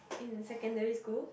in secondary school